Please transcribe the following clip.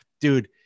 dude